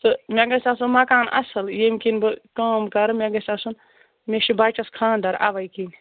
تہٕ مےٚ گژھِ آسُن مَکان اَصٕل ییٚمہِ کِنۍ بہٕ کٲم کَرٕ مےٚ گژھِ آسُن مےٚ چھِ بَچَس خانٛدَر اَوَے کِنۍ